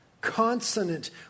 consonant